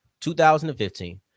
2015